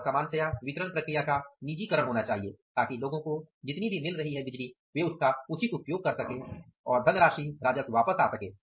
और सामान्यतया वितरण प्रक्रिया का निजीकरण होना चाहिए ताकि लोगों को जितनी भी बिजली मिल रही है वे उसका उचित उपयोग कर सके और धनराशी वापस आ सके